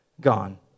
gone